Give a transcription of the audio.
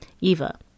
Eva